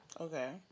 Okay